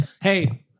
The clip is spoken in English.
Hey